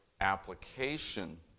application